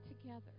together